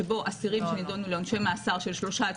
שבו אסירים שנדונו לעונשי מאסר של שלושה עד